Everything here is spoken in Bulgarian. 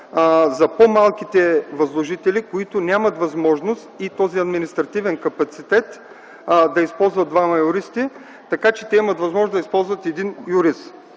по-малките възложители, които нямат възможност и този административен капацитет да използват двама юристи, да имат възможност да използват един юрист.